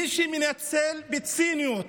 מי שמנצל בציניות